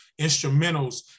instrumentals